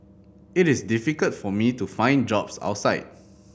it is difficult for me to find jobs outside